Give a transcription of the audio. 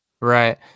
Right